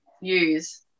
use